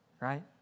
right